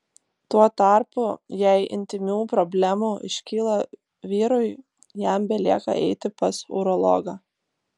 tuo tarpu jei intymių problemų iškyla vyrui jam belieka eiti pas urologą